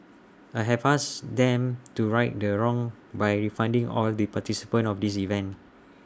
I have asked them to right the wrong by refunding all the participants of this event